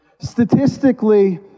Statistically